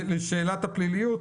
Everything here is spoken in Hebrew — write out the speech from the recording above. לשאלת הפליליות.